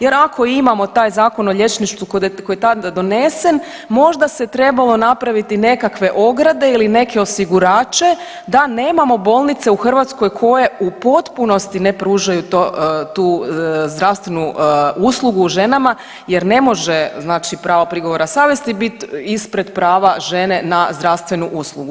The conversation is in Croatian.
Jer ako imamo taj Zakon o liječništvu koji je tad donesen možda se trebalo napraviti nekakve ograde ili neke osigurače da nemamo bolnice u Hrvatskoj koje u potpunosti ne pružaju tu zdravstvenu uslugu ženama, jer ne može znači pravo prigovora savjesti bit ispred prava žene na zdravstvenu uslugu.